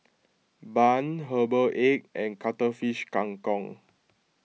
Bun Herbal Egg and Cuttlefish Kang Kong